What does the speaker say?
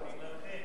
בגללכם,